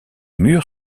murs